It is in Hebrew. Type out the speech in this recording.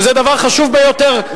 שזה דבר חשוב ביותר,